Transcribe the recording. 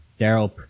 Daryl